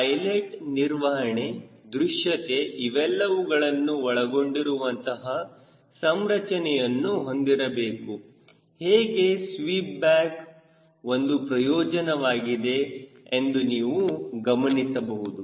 pilot ನಿರ್ವಹಣೆ ದೃಶ್ಯತೆ ಇವೆಲ್ಲವುಗಳನ್ನು ಒಳಗೊಂಡಿರುವಂತಹ ಸಂರಚನೆಯನ್ನುಹೊಂದಿರಬೇಕು ಹೇಗೆ ಸ್ವೀಪ್ ಬ್ಯಾಕ್ ಒಂದು ಪ್ರಯೋಜನವಾಗಿದೆ ಎಂದು ನೀವು ಗಮನಿಸಬಹುದು